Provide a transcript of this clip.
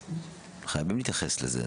חייבים להתייחס לזה.